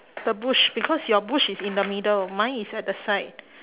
the bush because your bush is in the middle mine is at the side